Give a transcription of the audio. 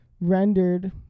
rendered